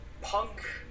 Punk